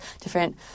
different